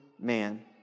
man